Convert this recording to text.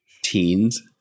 teens